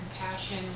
compassion